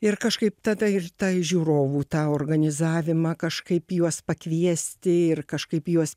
ir kažkaip tada ir ta į žiūrovų tą organizavimą kažkaip juos pakviesti ir kažkaip juos